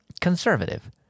conservative